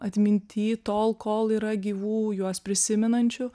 atminty tol kol yra gyvų juos prisimenančių